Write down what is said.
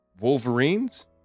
Wolverines